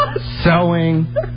sewing